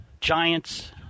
Giants